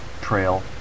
trail